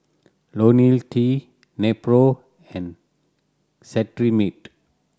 Lonil S T Nepro and Cetrimide